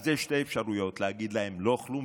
יש שתי אפשרויות: להגיד להם: לא כלום,